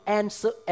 answer